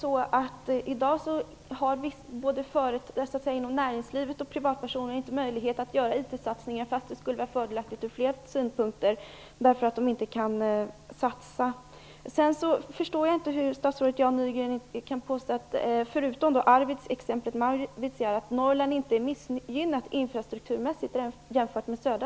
I dag har många - både inom näringslivet och som privatpersoner - inte möjlighet att göra IT-satsningar fast det skulle vara fördelaktigt ur flera synpunkter, därför att de inte kan satsa. Jag förstår inte hur statsrådet Jan Nygren kan påstå att Norrland - förutom exemplet Arvidsjaur - inte är missgynnat infrastrukturmässigt jämfört med södra